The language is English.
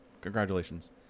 Congratulations